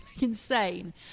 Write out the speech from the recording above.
insane